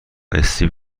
استیو